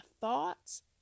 thoughts